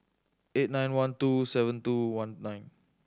eight nine one two seven two one nine